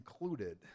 included